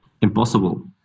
impossible